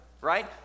right